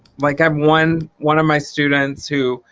like um one one of my students who,